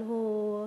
אבל הוא,